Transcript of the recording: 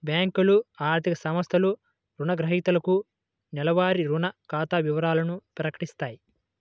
బ్యేంకులు, ఆర్థిక సంస్థలు రుణగ్రహీతలకు నెలవారీ రుణ ఖాతా వివరాలను ప్రకటిత్తాయి